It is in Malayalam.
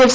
എഫ്